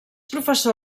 professor